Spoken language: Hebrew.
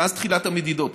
מאז תחילת המדידות,